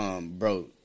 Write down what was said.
bro